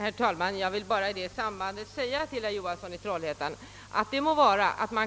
Herr talman! Ja, herr Johansson i Trollhättan,